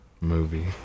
movie